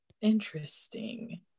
interesting